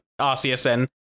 RCSN